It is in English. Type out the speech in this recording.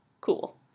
Cool